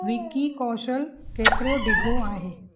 विक्की कौशल केतिरो डिघो आहे